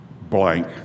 blank